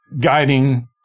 guiding